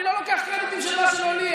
אני לא לוקח קרדיטים של מה שלא לי.